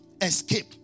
escape